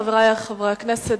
חברי חברי הכנסת,